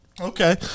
Okay